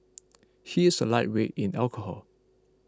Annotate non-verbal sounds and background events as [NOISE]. [NOISE] he is a lightweight in alcohol